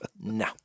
no